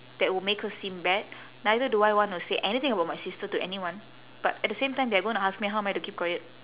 that will make her seem bad neither do I want to say anything about my sister to anyone but at the same time they are gonna ask me how am I to keep quiet